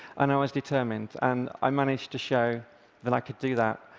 and i was determined, and i managed to show that i could do that.